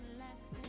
less